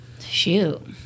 Shoot